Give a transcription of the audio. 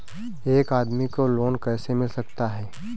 एक आदमी को लोन कैसे मिल सकता है?